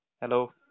Hello